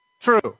True